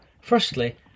Firstly